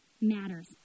matters